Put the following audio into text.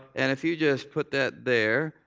and if you just put that there.